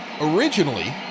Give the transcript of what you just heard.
Originally